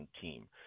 team